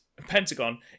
Pentagon